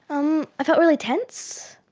um i felt really tense,